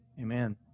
Amen